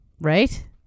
Right